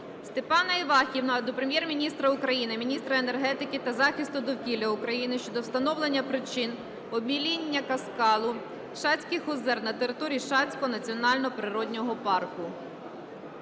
Степана Івахіва до Прем'єр-міністра України, міністра енергетики та захисту довкілля України щодо встановлення причин обміління каскаду Шацьких озер на території Шацького національного природного парку.